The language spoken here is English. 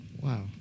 Wow